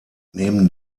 neben